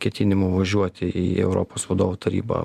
ketinimų važiuoti į europos vadovų tarybą